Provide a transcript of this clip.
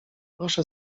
proszę